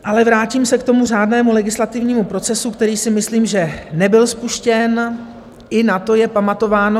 Ale vrátím se k tomu řádnému legislativnímu procesu, který si myslím, že nebyl spuštěn, i na to je pamatováno.